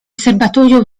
serbatoio